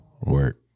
work